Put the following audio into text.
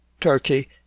Turkey